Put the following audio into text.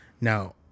Now